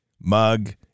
mug